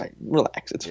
relax